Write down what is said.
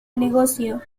negocio